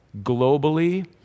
globally